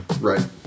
Right